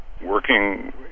working